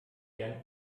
gerne